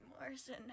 Morrison